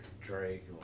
Drake